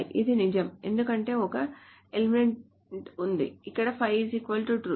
ఇది నిజం ఎందుకంటే ఒక ఎలిమెంట్ ఉంది ఇక్కడ 5 true